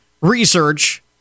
research